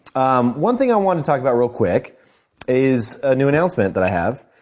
um one thing i want to talk about real quick is a new announcement that i have.